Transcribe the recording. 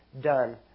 Done